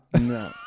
No